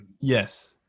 Yes